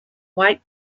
white